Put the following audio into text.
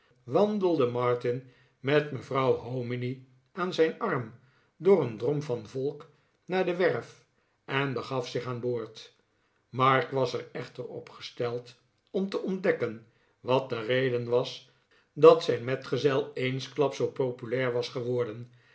wandelde martin met mevrouw hominy aan zijn arm door een drom van volk naar de werf en begaf zich aan boord mark was er echter op gesteld om te ontdekken wat de reden was dat zijn metgezel eensklaps zoo populair was geworden